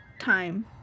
time